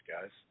guys